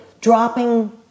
dropping